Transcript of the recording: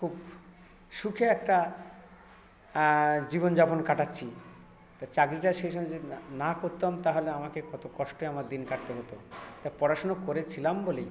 খুব সুখে একটা জীবন যাপন কাটাচ্ছি তা চাকরিটা সেই সময় যদি না করতাম তাহলে আমাকে কত কষ্টে আমার দিন কাটতে হতো তা পড়াশোনা করেছিলাম বলেই